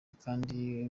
kandi